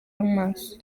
amaso